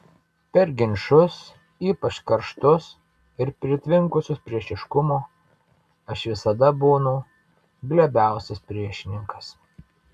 per ginčus ypač karštus ir pritvinkusius priešiškumo aš visada būnu glebiausias priešininkas